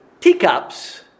teacups